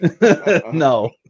No